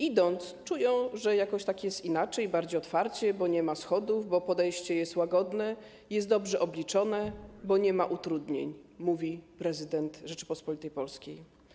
Idąc, czują, że jakoś tak jest inaczej, bardziej otwarcie, bo nie ma schodów, bo podejście jest łagodne, jest dobrze obliczone, bo nie ma utrudnień - mówi prezydent Rzeczypospolitej Polskiej.